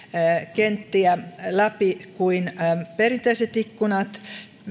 kenttiä läpi kuin perinteiset ikkunat